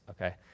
okay